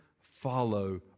follow